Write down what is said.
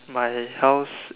my house